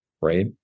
right